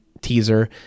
teaser